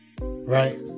right